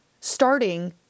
starting